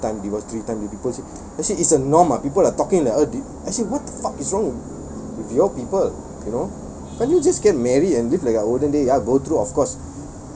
three time divorce three time actually it's a norm ah people are talking uh actually what the fuck is wrong with your people you know I mean just get married and live like our olden day ya go through of course